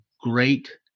great